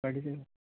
medicine